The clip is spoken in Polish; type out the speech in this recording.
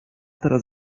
teraz